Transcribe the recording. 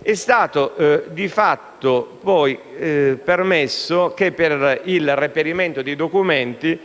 è stato di fatto permesso che, per il reperimento dei documenti,